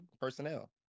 personnel